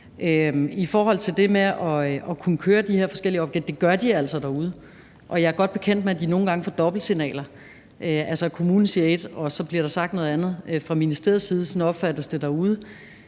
I forhold til det med at kunne køre de her forskellige opgaver, så gør de det altså derude. Jeg er godt bekendt med, at de nogle gange får dobbeltsignaler, altså at kommunen siger ét og så bliver der sagt noget andet fra ministeriets side. Sådan opfattes det derude.